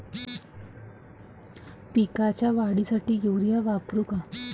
पिकाच्या वाढीसाठी युरिया वापरू का?